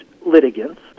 litigants